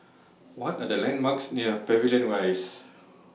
What Are The landmarks near Pavilion Rise